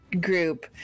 group